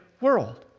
world